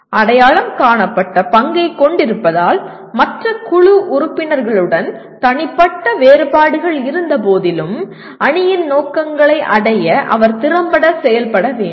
அடையாளம் காணப்பட்ட பங்கைக் கொண்டிருப்பதால் மற்ற குழு உறுப்பினர்களுடன் தனிப்பட்ட வேறுபாடுகள் இருந்தபோதிலும் அணியின் நோக்கங்களை அடைய அவர் திறம்பட செயல்பட வேண்டும்